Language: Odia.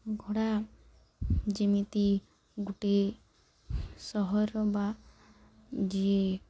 ଘୋଡ଼ା ଯେମିତି ଗୋଟେ ସହରର ବା ଯିଏ